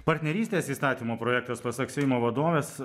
partnerystės įstatymo projektas pasak seimo vadovės